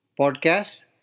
podcast